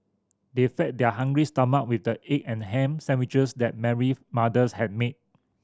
they fed their hungry stomach with the egg and ham sandwiches that Mary mothers had made